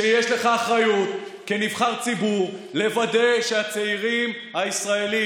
שיש לך אחריות כנבחר ציבור לוודא שהצעירים הישראלים,